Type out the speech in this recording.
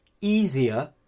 easier